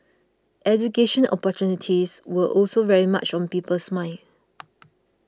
education opportunities were also very much on people's minds